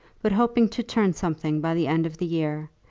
but hoping to turn something by the end of the year,